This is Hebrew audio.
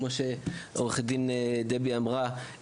כמו שעורכת דין דבי אמרה,